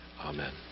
Amen